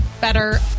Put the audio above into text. better